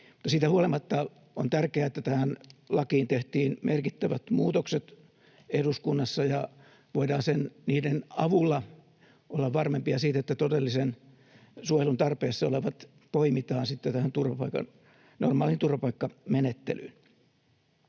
siitä huolimatta on tärkeää, että tähän lakiin tehtiin merkittävät muutokset eduskunnassa ja voidaan niiden avulla olla varmempia siitä, että todellisen suojelun tarpeessa olevat poimitaan sitten normaaliin turvapaikkamenettelyyn.